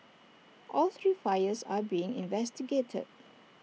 all three fires are being investigated